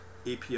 API